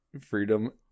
Freedom